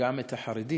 וגם את החרדים,